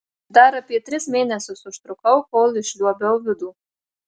dar apie tris mėnesius užtrukau kol išliuobiau vidų